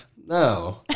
No